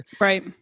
Right